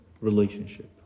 relationship